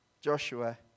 Joshua